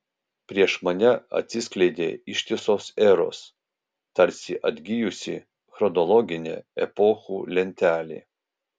prieš mane atsiskleidė ištisos eros tarsi atgijusi chronologinė epochų lentelė